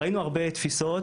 ראינו הרבה תפיסות,